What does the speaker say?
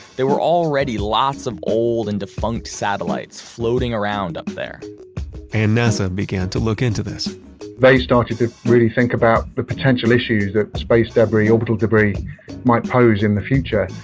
there were already lots of old and defunct satellites floating around up there and nasa began to look into this they started to really think about the potential issues that space debris, orbital debris might pose in the future,